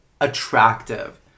attractive